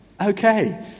Okay